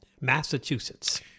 Massachusetts